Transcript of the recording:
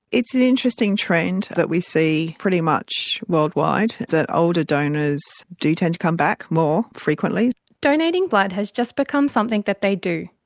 it's an interesting trend that we see pretty much worldwide, that older donors do tend to come back more frequently. donating blood has just become something that they do.